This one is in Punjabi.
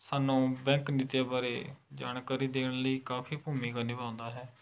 ਸਾਨੂੰ ਬੈਂਕ ਨੀਤੀਆਂ ਬਾਰੇ ਜਾਣਕਾਰੀ ਦੇਣ ਲਈ ਕਾਫੀ ਭੂਮਿਕਾ ਨਿਭਾਉਂਦਾ ਹੈ